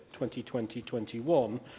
2020-21